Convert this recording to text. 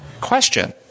Question